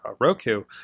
Roku